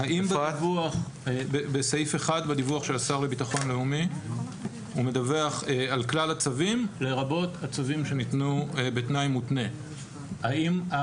זה בדיוק הדברים שאנחנו עושים פה